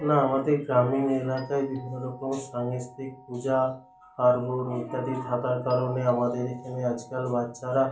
না আমাদের গ্রামীণ এলাকায় বিভিন্ন রকমের সাংস্কৃত পুজা পার্বণ ইত্যাদি থাকার কারণে আমাদের এখানে আজকাল বাচ্চারা